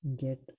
get